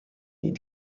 need